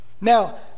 Now